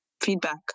feedback